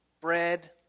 Bread